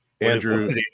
andrew